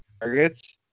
targets